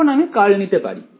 এখন আমি কার্ল নিতে পারি